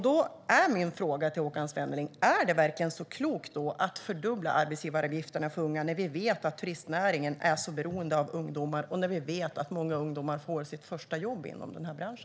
Då är min fråga till Håkan Svenneling: Är det verkligen så klokt att fördubbla arbetsgivaravgifterna för unga när vi vet att turistnäringen är så beroende av ungdomar och många ungdomar också får sitt första jobb i denna bransch?